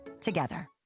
together